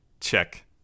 Check